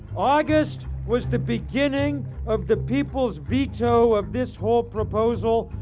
august was the beginning of the people's veto of this whole proposal.